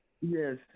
Yes